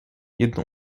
jedno